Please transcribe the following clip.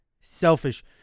selfish